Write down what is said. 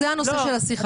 כי זה הנושא של השיחה.